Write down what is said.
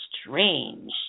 strange